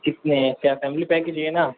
कितने हैं क्या फैमिली पैक ही चाहिए ना